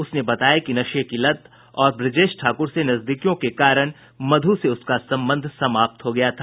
उसने बताया कि नशे की लत और ब्रजेश ठाकुर से नजदीकियों के कारण मधु से उसका संबंध समाप्त हो गया था